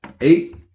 eight